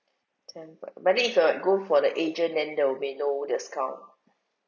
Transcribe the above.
but then if like I go for the agent then there will be no discount